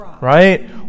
right